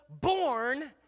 born